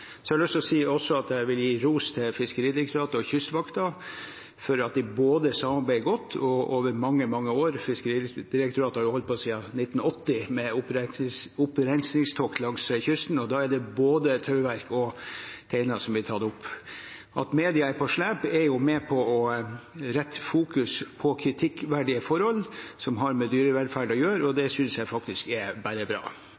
har også lyst til å si at jeg vil gi ros til Fiskeridirektoratet og Kystvakten for at de har samarbeidet godt over mange, mange år. Fiskeridirektoratet har jo holdt på siden 1980 med opprenskningstokter langs kysten, og da er det både tauverk og teiner som blir tatt opp. At media er på slep, er jo med på å rette fokuset mot kritikkverdige forhold som har med dyrevelferd å gjøre, og det synes jeg faktisk er bare bra.